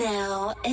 Now